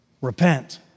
Repent